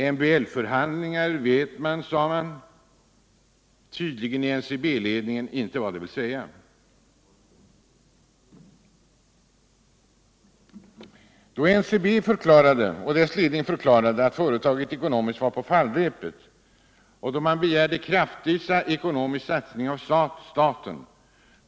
NCB-ledningen vet tydligen inte vad MBL-förhandlingar vill säga, sade man. NCB och dess ledning har alltså förklarat att företaget ekonomiskt är på fallrepet och begärt kraftig ekonomisk satsning av staten.